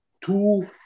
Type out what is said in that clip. two